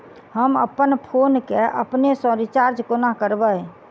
हम अप्पन फोन केँ अपने सँ रिचार्ज कोना करबै?